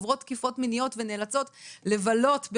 ונאלצות "לבלות" ,